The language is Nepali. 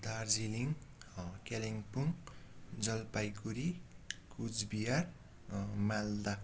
दार्जिलिङ कालिम्पोङ जलपाइगुडी कुचबिहार मालदा